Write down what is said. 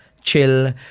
chill